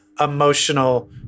emotional